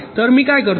तर मी काय करतो